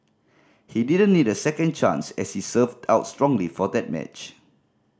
he didn't need a second chance as he served out strongly for that match